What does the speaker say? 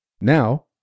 Now